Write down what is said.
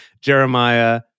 Jeremiah